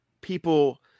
people